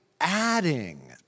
adding